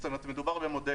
זאת אומרת, מדובר במודלים.